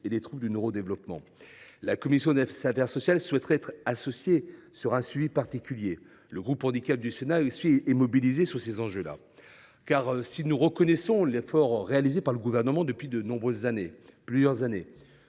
et les troubles du neurodéveloppement. La commission des affaires sociales souhaiterait être associée à son suivi. Le groupe d’études Handicap du Sénat est déjà mobilisé sur ces enjeux. Si nous reconnaissons l’effort réalisé par le Gouvernement depuis de nombreuses années, nous savons